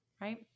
right